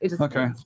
Okay